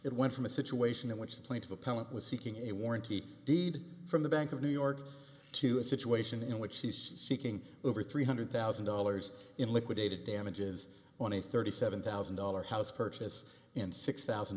it went from a situation in which the plaintiff appellant was seeking a warranty deed from the bank of new york to a situation in which he's seeking over three hundred thousand dollars in liquidated damages on a thirty seven thousand dollars house purchase and six thousand